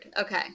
Okay